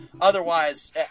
Otherwise